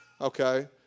Okay